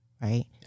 right